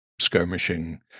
skirmishing